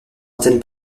antenne